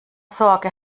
sorge